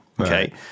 okay